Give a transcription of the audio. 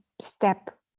step